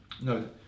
No